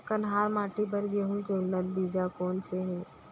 कन्हार माटी बर गेहूँ के उन्नत बीजा कोन से हे?